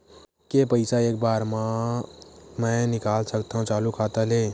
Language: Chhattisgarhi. के पईसा एक बार मा मैं निकाल सकथव चालू खाता ले?